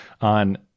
on